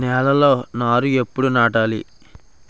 నేలలో నారు ఎప్పుడు నాటాలి?